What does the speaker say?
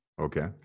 Okay